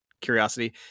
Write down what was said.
curiosity